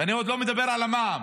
ואני עוד לא מדבר על המע"מ,